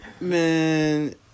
Man